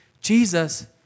Jesus